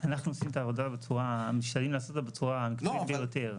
אנחנו משתדלים לעשות את העבודה בצורה המקצועית ביותר.